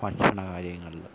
ഭക്ഷണ കര്യങ്ങളിലും